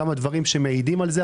כמה דברים שמעידים על זה,